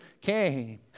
came